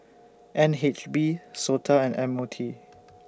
N H B Sota and M O T